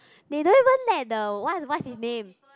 they don't even let the what what his name